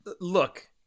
look